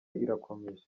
irakomeje